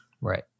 Right